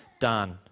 done